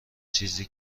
چیزی